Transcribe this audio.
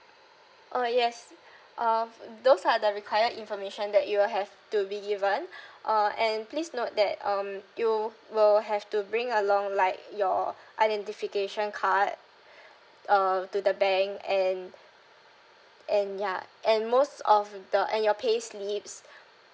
oh yes uh those are the required information that you will have to be given uh and please note that um you will have to bring along like your identification card uh to the bank and and ya and most of the and your pay slips